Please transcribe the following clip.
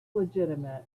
legitimate